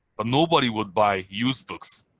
ah nobody would buy used books